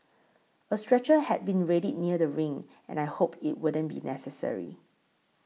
a stretcher had been readied near the ring and I hoped it wouldn't be necessary